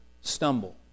stumble